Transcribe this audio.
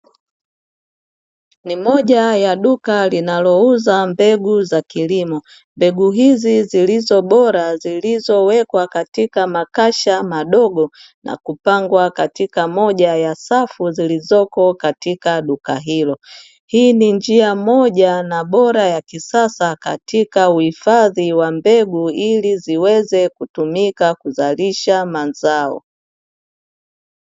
Ni moja ya duka linalouza mbegu za kilimo, mbegu hizi zilizo bora zimewekwa katika makasha madogo na kupangwa katika moja ya safu zilizoko katika duka hilo, hii ni njia moja na bora ya kisasa katika uhifadhi wa mbegu ili ziweze kutumika kuzalisha mazao.